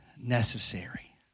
necessary